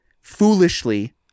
Foolishly